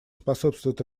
способствуют